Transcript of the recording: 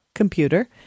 computer